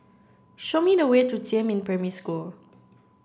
show me the way to Jiemin Primary School